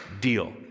Deal